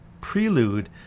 prelude